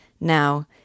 Now